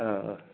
ओ ओ